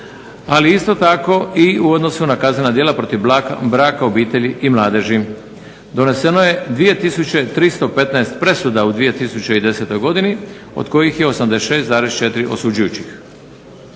ali isto tako i u odnosu na kaznena djela protiv braka u obitelji i mladeži. Doneseno je 2 tisuće 315 presuda u 2010. godini od kojih je 86,4 osuđujućih.